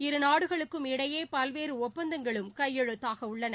இரு நாடுகளுக்கும் இடையே பல்வேறு ஒப்பந்தங்களும் கையெழுத்தாக உள்ளன